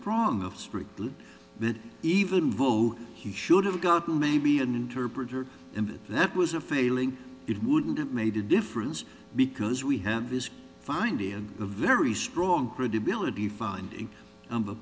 prong of strictly even vote he should have gotten maybe an interpreter and that was a failing it wouldn't have made a difference because we have this find in a very strong credibility find a